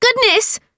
goodness